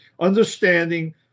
understanding